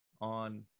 on